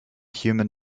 human